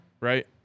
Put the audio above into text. right